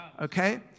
Okay